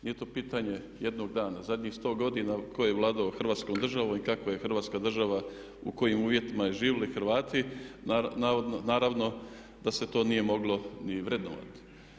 Nije to pitanje jednog dana, zadnjih 100 godina tko god je vladao Hrvatskom državom i kakva je Hrvatska država, u kojim uvjetima su živjeli Hrvati naravno da se to nije moglo ni vrednovati.